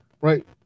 right